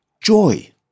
joy